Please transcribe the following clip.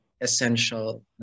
essential